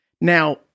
Now